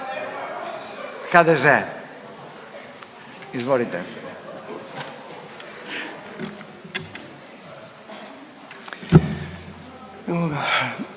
HDZ, izvolite.